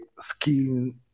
skin